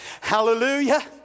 Hallelujah